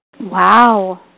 Wow